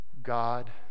God